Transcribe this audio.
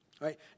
right